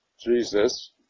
Jesus